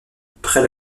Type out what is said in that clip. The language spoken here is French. près